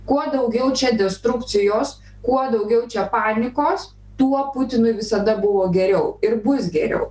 kuo daugiau čia destrukcijos kuo daugiau čia panikos tuo putinui visada buvo geriau ir bus geriau